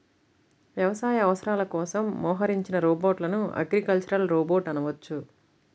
వ్యవసాయ అవసరాల కోసం మోహరించిన రోబోట్లను అగ్రికల్చరల్ రోబోట్ అనవచ్చు